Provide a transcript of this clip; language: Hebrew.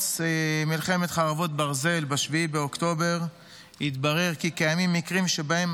בפרוץ מלחמת חרבות ברזל ב-7 באוקטובר התברר כי קיימים מקרים שבהם